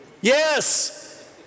Yes